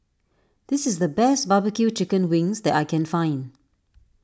this is the best Barbecue Chicken Wings that I can find